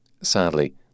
Sadly